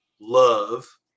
love